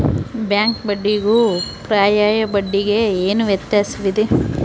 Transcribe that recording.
Bank ಬಡ್ಡಿಗೂ ಪರ್ಯಾಯ ಬಡ್ಡಿಗೆ ಏನು ವ್ಯತ್ಯಾಸವಿದೆ?